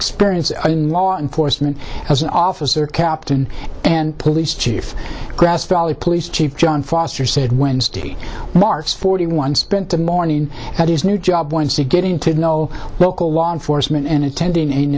experience in law enforcement as an officer captain and police chief grass valley police chief john foster said wednesday march forty one spent the morning had his new job once a getting to know local law enforcement and attending